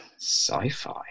Sci-fi